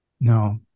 No